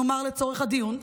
נאמר לצורך הדיון,